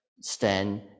stand